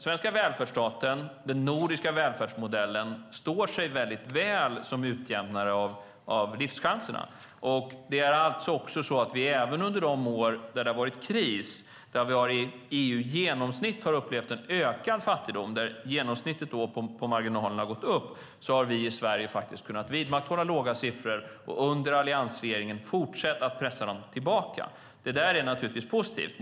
Svenska välfärdsstaten, den nordiska välfärdsmodellen, står sig väl som utjämnare av livschanserna. Även under de år det har varit kris, där EU i genomsnitt har upplevt en ökad fattigdom, genomsnittet på marginalerna har gått upp, har vi i Sverige vidmakthållit låga siffror och under alliansregeringens tid fortsatt att pressa dem tillbaka. Det är naturligtvis positivt.